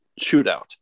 shootout